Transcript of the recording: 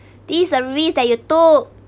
this is a risk that you took